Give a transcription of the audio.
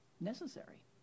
necessary